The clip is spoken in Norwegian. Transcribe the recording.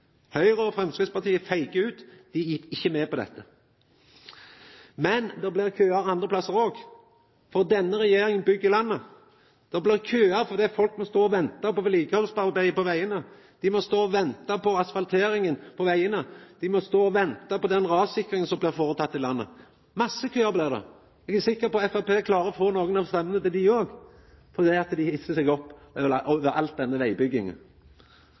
Høgre og Framstegspartiet feigar ut. Dei er ikkje med på dette. Men det blir køar andre plassar òg, for denne regjeringa byggjer landet. Det blir køar fordi folk må stå og venta på vedlikehaldsarbeidet på vegane. Dei må stå og venta på asfalteringa på vegane. Dei må stå og venta på den rassikringa som blir sett i verk i landet. Masse køar blir det. Eg er sikker på at Framstegspartiet klarer å få nokre av stemmene til dei òg fordi dei hissar seg opp over all denne vegbygginga.